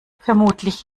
vermutlich